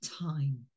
time